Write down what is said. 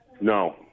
No